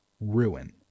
Ruin